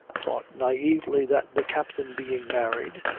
thought naively that the captain being married,